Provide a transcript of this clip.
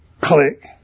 click